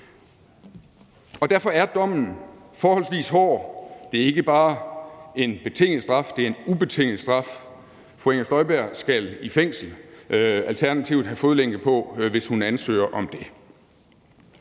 Derfor er dommen forholdsvis hård. Det er ikke bare en betinget straf, det er en ubetinget straf. Fru Inger Støjberg skal i fængsel, alternativt have fodlænke på, hvis hun ansøger om det.